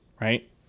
right